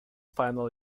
final